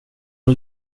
har